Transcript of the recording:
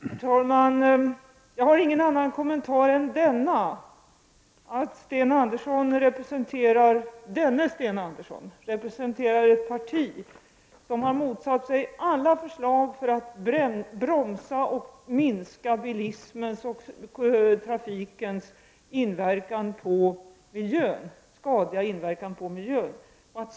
Herr talman! Jag har ingen annan kommentar än att denne Sten Andersson representerar ett parti som har motsatt sig alla förslag om att bromsa och minska bilismens skadliga inverkan på miljön.